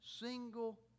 single